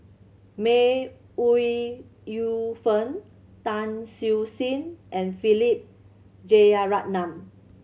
May Ooi Yu Fen Tan Siew Sin and Philip Jeyaretnam